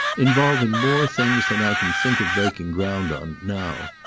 involving more things than i can think of breaking ground on now.